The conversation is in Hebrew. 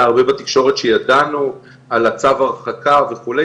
שידענו על צו ההרחקה וכו',